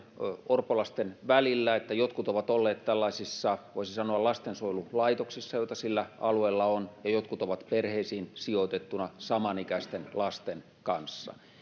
orpolasten välillä että jotkut ovat olleet tällaisissa voisi sanoa lastensuojelulaitoksissa joita sillä alueella on ja jotkut ovat perheisiin sijoitettuna samanikäisten lasten kanssa